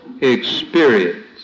experience